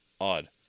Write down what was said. Odd